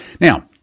Now